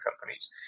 companies